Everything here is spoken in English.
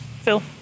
Phil